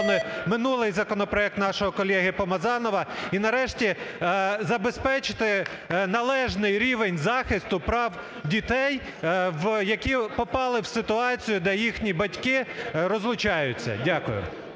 минулий законопроект нашого колеги Помазанова, і нарешті забезпечити належний рівень захисту прав дітей, які попали в ситуацію, де їхні батьки розлучаються. Дякую.